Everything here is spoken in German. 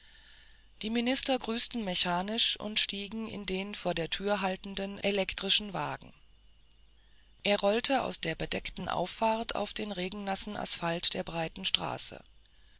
die minister grüßten mechanisch und stiegen in den vor der tür haltenden elektrischen wagen er rollte aus der bedeckten auffahrt auf den regennassen asphalt der breiten straße